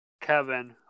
Kevin